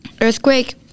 earthquake